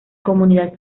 comunidad